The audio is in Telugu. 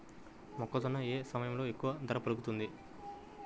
మొక్కజొన్న ఏ సమయంలో ఎక్కువ ధర పలుకుతుంది?